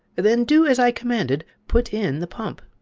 then do as i commanded put in the pump,